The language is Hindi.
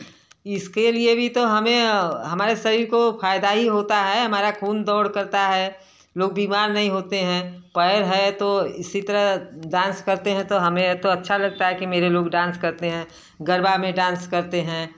इसके लिए भी तो हमें हमारे शरीर को फ़ायदा ही होता है हमारा खून दौड़ करता है लोग बीमार नहीं होते हैं पर है तो इसी तरह डांस करते हैं तो हमें तो अच्छा लगता है कि मेरे लोग डांस करते हैं गरबा में डांस करते हैं